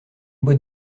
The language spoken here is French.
boîte